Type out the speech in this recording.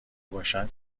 باشن